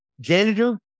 janitor